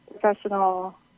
professional